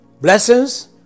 Blessings